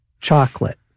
Chocolate